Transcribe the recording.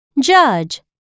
judge